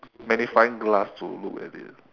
magnifying glass to look at it